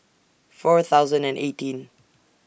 four thousand and eighteen